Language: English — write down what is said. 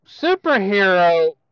superhero